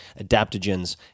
adaptogens